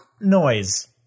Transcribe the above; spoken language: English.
noise